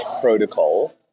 protocol